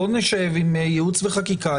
בואו נשב עם ייעוץ וחקיקה,